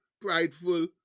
prideful